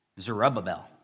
Zerubbabel